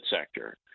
sector